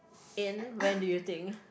in when do you think